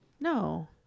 No